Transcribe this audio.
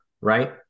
right